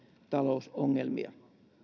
talousongelmia